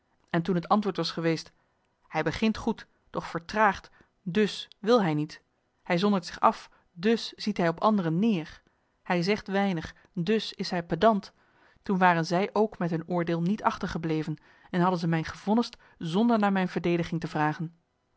en toen het antwoord was geweest hij begint goed doch vertraagt dus wil hij niet hij zondert zich af dus ziet hij op anderen neer hij zegt weinig dus is hij pedant toen waren zij ook met hun oordeel niet achter gebleven en hadden ze mij gevonnist zonder naar mijn verdediging te vragen